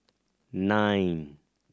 nine